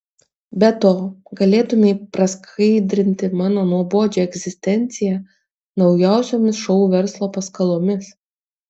be to galėtumei praskaidrinti mano nuobodžią egzistenciją naujausiomis šou verslo paskalomis